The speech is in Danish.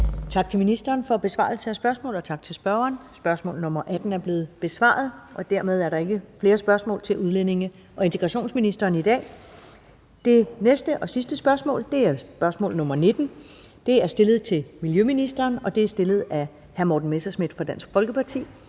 Tak til ministeren for besvarelse af spørgsmålet, og tak til spørgeren. Spørgsmål nr. 18 er blevet besvaret, og dermed er der ikke flere spørgsmål til udlændinge- og integrationsministeren i dag. Det næste og sidste spørgsmål er spørgsmål nr. 19, der er stillet til miljøministeren, og det er stillet af hr. Morten Messerschmidt fra Dansk Folkeparti.